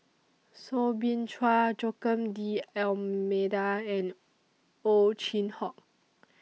Soo Bin Chua Joaquim D'almeida and Ow Chin Hock